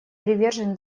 привержен